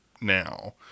now